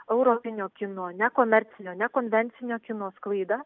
europinio kino nekomercinio nekonvencinio kino sklaidą